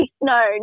No